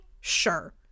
Sure